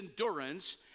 endurance